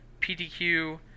PDQ